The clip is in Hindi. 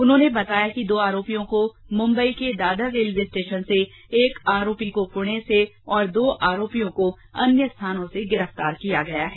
उन्होंने बताया कि दो आरोपियों को मुम्बई के दादर रेलवे स्टेशन से एक आरोपी को पुणे से तथा दो आरोपियों को अन्य स्थानों से गिरफ्तार किया गया है